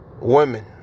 women